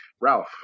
Ralph